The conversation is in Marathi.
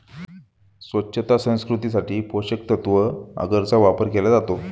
स्वच्छता संस्कृतीसाठी पोषकतत्त्व अगरचा वापर केला जातो